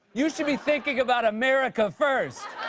you should be thinking about america first.